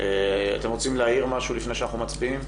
אתם רוצים להעיר משהו לפני שאנחנו מצביעים?